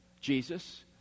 Jesus